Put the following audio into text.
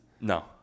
No